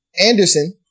Anderson